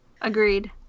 Agreed